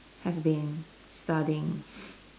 has been studying